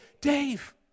Dave